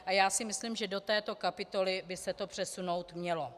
A já si myslím, že do této kapitoly by se to přesunout mělo.